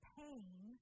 pain